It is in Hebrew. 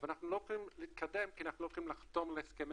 אבל אנחנו לא יכולים להתקדם כי אנחנו לא יכולים לחתום על הסכמים,